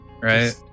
right